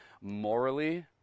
morally